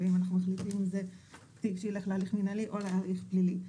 אם אנחנו מחליטים אם זה תיק שילך להליך מינהלי או להליך פלילי.